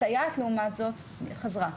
הסייעת לעומת זאת חזרה.